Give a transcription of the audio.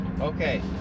Okay